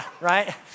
right